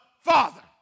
Father